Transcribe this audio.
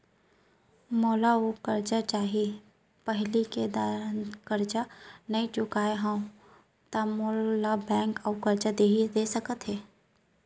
मोला अऊ करजा चाही पहिली के करजा नई चुकोय हव त मोल ला बैंक अऊ करजा दे सकता हे?